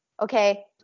Okay